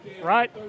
right